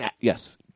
Yes